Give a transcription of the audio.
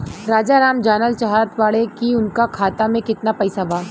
राजाराम जानल चाहत बड़े की उनका खाता में कितना पैसा बा?